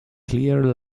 clear